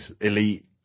elite